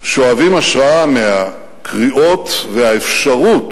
שואבים השראה מהקריאות והאפשרות,